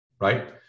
Right